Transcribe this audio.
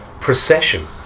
procession